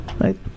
right